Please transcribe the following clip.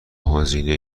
هزینه